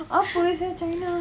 apa saya china